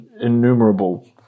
innumerable